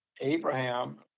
Abraham